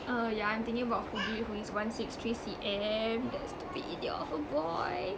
uh yeah I'm thinking about hudy who is one six three C_M that stupid idiot of a boy